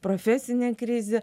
profesinė krizė